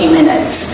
minutes